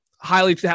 highly